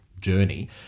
journey